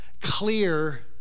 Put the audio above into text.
clear